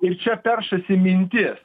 ir čia peršasi mintis